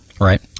Right